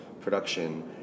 production